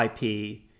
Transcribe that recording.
IP